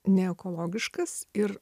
neekologiškas ir